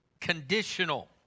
conditional